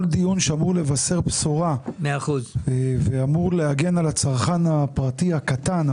כל דיון שאמור לבשר בשורה ואמור להגן על הצרכן הפרטי הקטן,